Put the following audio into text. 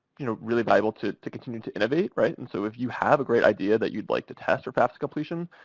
you know, really vital to to continue to innovate, right? and so if you have a great idea that you'd like to test for fafsa completion,